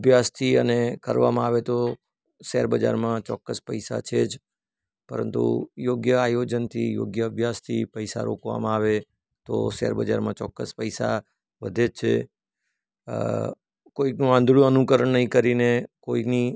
અભ્યાસથી અને કરવામાં આવે તો શેરબજારમાં ચોક્કસ પૈસા છે જ પરંતુ યોગ્ય આયોજનથી યોગ્ય અભ્યાસથી પૈસા રોકવામાં આવે તો શેરબજારમાં ચોક્કસ પૈસા વધે જ છે કોઈનું આંધળું અનુકરણ નહીં કરીને કોઈની